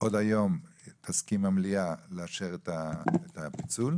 עוד היום תסכים המליאה לאשר את הפיצול,